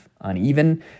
uneven